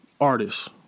artists